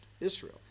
Israel